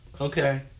Okay